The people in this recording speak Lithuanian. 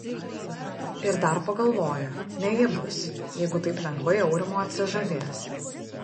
ir dar pagalvoja ne ji bus jeigu taip lengvai aurimo atsižadės